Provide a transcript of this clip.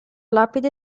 lapide